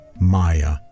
maya